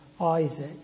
Isaac